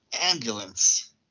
ambulance